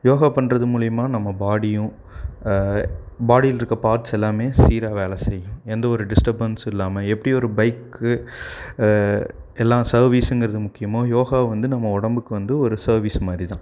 யோகா பண்ணுறது மூலிமா நம்ம பாடியும் பாடியில்ருக்க பார்ட்ஸ் எல்லாம் சீராக வேலை செய்யும் எந்த ஒரு டிஸ்டபன்ஸும் இல்லாமல் எப்படி ஒரு பைக்கு எல்லாம் சேர்விஸுங்கிறது முக்கியம் யோகாவும் வந்து நம்ம உடம்புக்கு வந்து ஒரு சர்விஸ் மாதிரி தான்